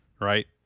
right